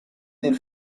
del